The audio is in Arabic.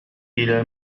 إلى